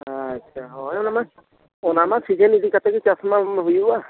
ᱟᱪᱪᱷᱟ ᱦᱳᱭ ᱚᱱᱟ ᱢᱟᱱᱮ ᱚᱱᱟ ᱨᱮᱱᱟᱜ ᱥᱤᱡᱮᱱ ᱤᱫᱤ ᱠᱟᱛᱮᱫ ᱜᱮ ᱪᱟᱥ ᱢᱟ ᱦᱩᱭᱩᱜᱼᱟ